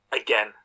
Again